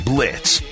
Blitz